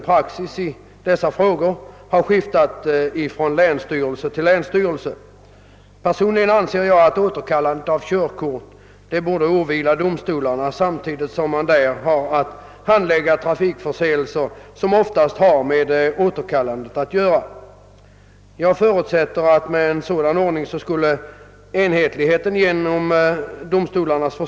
Praxis i dessa frågor synes skifta från länssty relse till länsstyrelse. Personligen anser jag att domstolarna borde besluta om återkallande av körkort samtidigt som de behandlar den trafikförseelse som ofta har med återkallandet att göra. På det sättet skulle enhetlighet kunna uppnås.